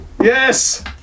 Yes